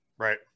Right